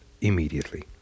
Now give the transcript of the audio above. immediately